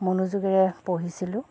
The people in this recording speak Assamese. মনোযোগেৰে পঢ়িছিলোঁ